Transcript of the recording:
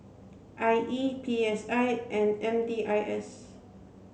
I E P S I and M D I S